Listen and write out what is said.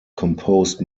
composed